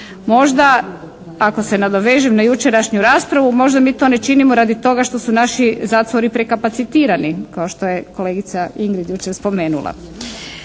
Možda ako se nadovežem na jučerašnju raspravu, možda mi to ne činimo radi toga što su naši zatvori prekapacitirani kao što je kolegica Ingrid jučer spomenula.